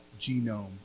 genome